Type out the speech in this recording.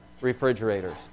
refrigerators